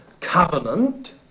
covenant